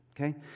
okay